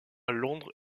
londres